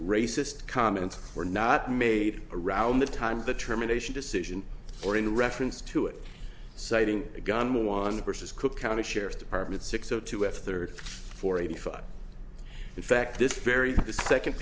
racist comments were not made around the time the termination decision or in reference to it citing a gun one versus cook county sheriff's department six o two and thirty four eighty five in fact this very second